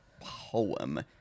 poem